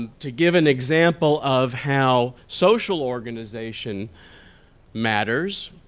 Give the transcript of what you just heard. to give an example of how social organization matters,